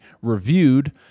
reviewed